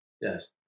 Yes